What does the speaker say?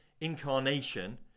incarnation